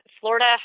Florida